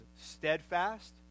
steadfast